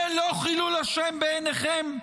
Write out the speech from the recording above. זה לא חילול השם בעיניכם?